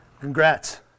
Congrats